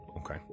Okay